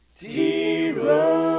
Zero